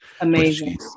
amazing